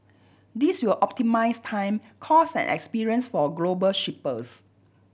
this will optimise time cost and experience for global shippers